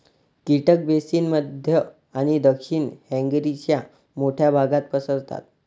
कीटक बेसिन मध्य आणि दक्षिण हंगेरीच्या मोठ्या भागात पसरतात